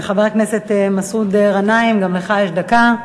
חבר הכנסת מסעוד גנאים, גם לך יש דקה.